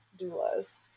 doulas